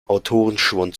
autorenschwund